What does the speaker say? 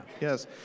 Yes